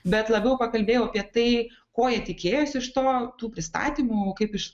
bet labiau pakalbėjau apie tai ko jie tikėjosi iš to tų pristatymų kaip iš